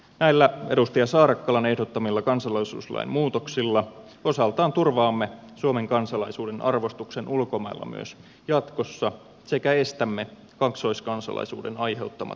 näillä edustaja saarakkalan ehdottamilla kansalaisuuslain muutoksilla osaltaan turvaamme suomen kansalaisuuden arvostuksen ulkomailla myös jatkossa sekä estämme kaksoiskansalaisuuden aiheuttamat turvallisuuspoliittiset ongelmat